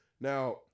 Now